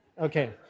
Okay